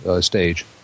stage